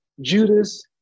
Judas